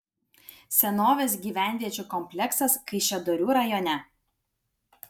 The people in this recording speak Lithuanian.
senovės gyvenviečių kompleksas kaišiadorių rajone